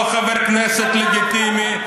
הוא לא אזרח לגיטימי, הוא לא חבר כנסת לגיטימי,